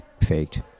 faked